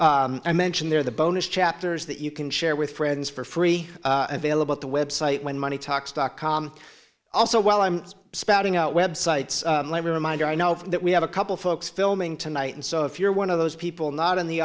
out i mentioned there the bonus chapters that you can share with friends for free and mail about the website when money talks dot com also while i'm spouting out web sites let me remind you i know that we have a couple folks filming tonight and so if you're one of those people not in the